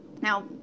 now